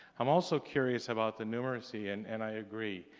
i'm also curious about the numeracy. and and i agree,